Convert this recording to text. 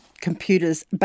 computers